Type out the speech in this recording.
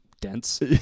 dense